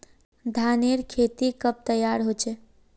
धानेर खेती कब तैयार होचे?